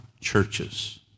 churches